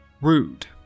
rude